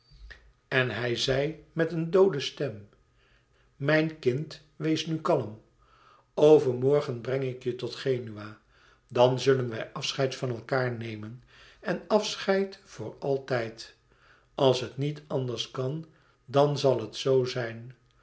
en hij zei met een doode stem mijn kind wees nu kalm overmorgen breng ik je tot genua dan zullen wij afscheid van elkaâr nemen en afscheid voor altijd als het niet anders kan dan zal het zoo zijn